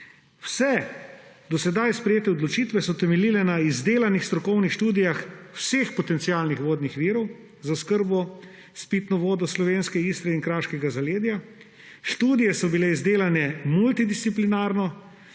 Vse do sedaj sprejete odločitve so temeljile na izdelanih strokovnih študijah vseh potencialnih vodnih virov za oskrbo s pitno vodo slovenske Istre in kraškega zaledja. Študije so bile izdelane multidisciplinarno,